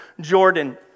Jordan